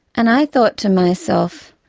and i thought to myself,